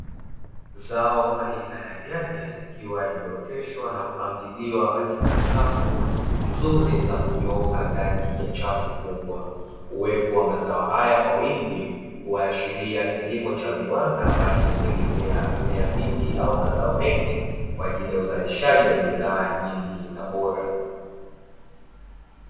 Zao aina ya nyanya likiwa limeoteshwa na kupangiliwa katika safu nzuri za kunyooka ndani ya chafu kubwa, uwepo wa mazao haya kwa wingi huashiria kilimo cha viwanda ambacho hutegemea mimea mingi au mazao mengi kwa ajili ya uzalishaji wa bidhaa nyingi na bora.